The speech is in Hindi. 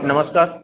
नमस्कार